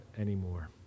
anymore